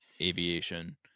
aviation